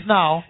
now